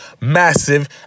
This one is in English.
massive